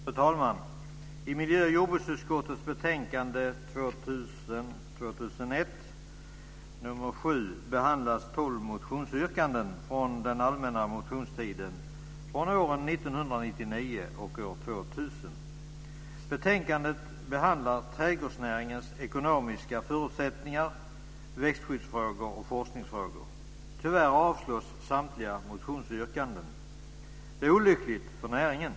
Fru talman! I miljö och jordbruksutskottets betänkande 2000/01:7 behandlas tolv motionsyrkanden från den allmänna motionstiden från åren 1999 och 2000. Betänkandet behandlar trädgårdsnäringens ekonomiska förutsättningar, växthusfrågor och forskningsfrågor. Tyvärr avstyrks samtliga motionsyrkanden. Det är olyckligt för näringen.